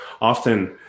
often